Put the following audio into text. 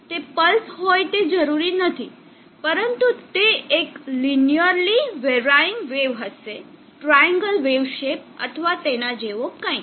તે પલ્સ હોય તે જરૂરી નથી પરંતુ તે એક લીનીઅરલી વેરાઈન્ગ વેવ હશે ટ્રાઈએંગલ વેવ સેપ અથવા તેના જેવો કંઈક